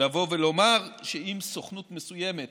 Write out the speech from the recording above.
לבוא ולומר שאם סוכנות מסוימת